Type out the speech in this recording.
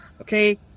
Okay